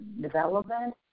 development